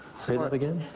say that again.